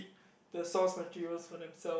the source materials for themselves